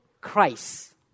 Christ